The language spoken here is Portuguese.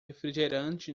refrigerante